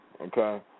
Okay